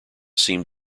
seem